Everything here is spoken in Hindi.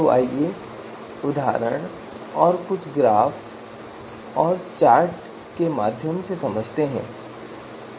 तो आइए उदाहरण और कुछ ग्राफ़ कुछ चार्ट के माध्यम से समझते हैं